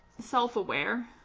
self-aware